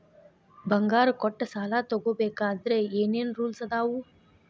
ಬಂಗಾರ ಕೊಟ್ಟ ಸಾಲ ತಗೋಬೇಕಾದ್ರೆ ಏನ್ ಏನ್ ರೂಲ್ಸ್ ಅದಾವು?